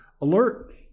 alert